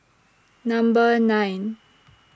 Number nine